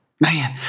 Man